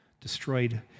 destroyed